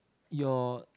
your